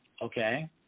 okay